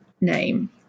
name